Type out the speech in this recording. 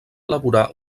elaborar